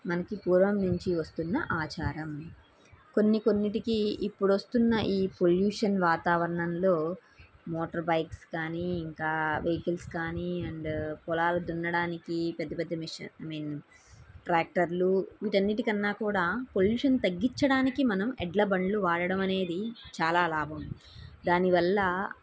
మనకి పూర్వం నుంచి వస్తున్న ఆచారం కొన్ని కొన్నిటికిీ ఇప్పుడొస్తున్న ఈ పొల్యూషన్ వాతావరణంలో మోటర్ బైక్స్ కానీ ఇంకా వెహికల్స్ కానీ అండ్ పొలాలు దున్నడానికి పెద్ద పెద్ద మిషన్ ఐ మీన్ ట్రాక్టర్లు వీటన్నిటికన్నా కూడా పొల్యూషన్ తగ్గించడానికి మనం ఎడ్ల బండ్లు వాడడం అనేది చాలా లాభం దానివల్ల